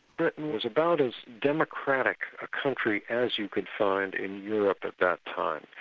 britain was about as democratic a country as you could find in europe at that time.